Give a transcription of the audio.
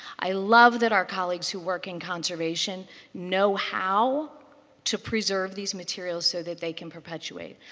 i love that our colleagues who work in conservation know how to preserve these materials so that they can perpetuate.